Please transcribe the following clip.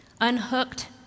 unhooked